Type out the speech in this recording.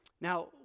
Now